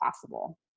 possible